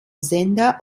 sender